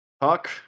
Talk